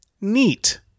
neat